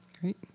Great